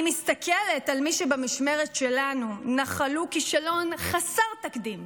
אני מסתכלת על מי שבמשמרת שלנו נחלו כישלון חסר תקדים,